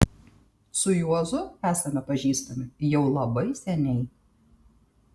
su juozu esame pažįstami jau labai seniai